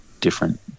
different